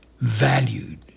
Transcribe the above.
valued